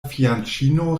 fianĉino